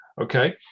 okay